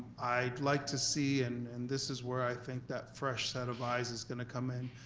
i'd like to see, and and this is where i think that fresh set of eyes is gonna come in.